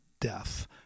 Death